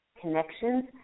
connections